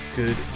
Good